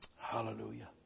hallelujah